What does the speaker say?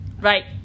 right